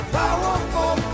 powerful